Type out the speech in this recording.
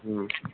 হুম